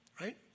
Right